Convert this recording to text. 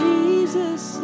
Jesus